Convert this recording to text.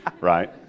right